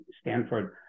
Stanford